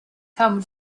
come